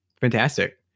fantastic